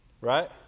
Right